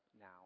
now